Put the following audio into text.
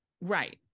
right